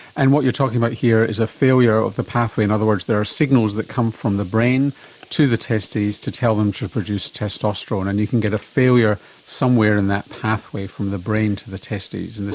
and what you're talking about here is a failure of the pathway. in other words, there are signals that come from the brain to the testes to tell them to produce testosterone, and you can get a failure somewhere in that pathway from the brain to the testes. and right,